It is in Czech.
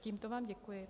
Tímto vám děkuji.